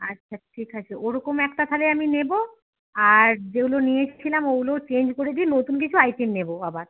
আচ্ছা ঠিক আছে ও রকম একটা তাহলে আমি নেবো আর যেগুলো নিয়ে এসছিলাম ওগুলোও চেঞ্জ করে দিয়ে নতুন কিছু আইটেম নেবো আবার